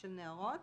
של נערות.